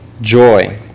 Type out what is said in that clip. joy